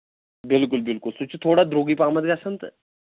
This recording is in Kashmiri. بِلکُل بِلکُل سُہ چھِ تھوڑا درٛوٚگُے پَہمَتھ گژھان تہٕ